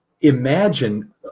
imagine